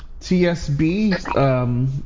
TSB